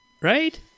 Right